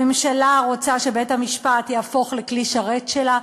הממשלה רוצה שבית-המשפט יהפוך לכלי שרת שלה,